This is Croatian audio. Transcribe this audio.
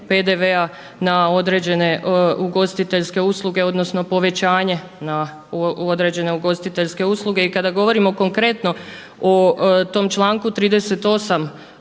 PDV-a na određene ugostiteljske usluge, odnosno povećanje na određene ugostiteljske usluge. I kada govorimo konkretno o tom članku 38.